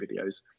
videos